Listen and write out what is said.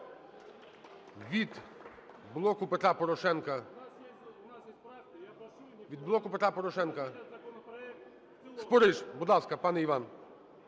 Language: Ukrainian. Від "Блоку Петра Порошенка" Спориш. Будь ласка, пане Іван.